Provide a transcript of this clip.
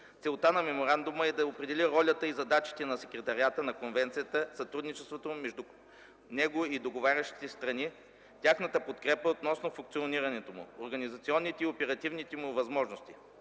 Целта на Меморандума е да определи ролята и задачите на Секретариата на Конвенцията, сътрудничество между него и договарящите страни – тяхната подкрепа относно функционирането му, организационните и оперативните му възможности.